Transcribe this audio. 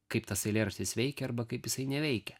kaip tas eilėraštis veikia arba kaip jisai neveikia